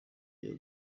cya